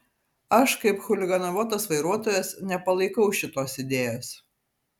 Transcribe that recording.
aš kaip chuliganavotas vairuotojas nepalaikau šitos idėjos